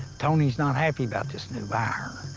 tony's not happy about this new buyer.